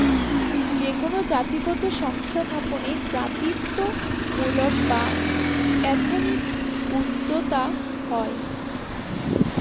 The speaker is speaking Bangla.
কোনো জাতিগত সংস্থা স্থাপনে জাতিত্বমূলক বা এথনিক উদ্যোক্তা হয়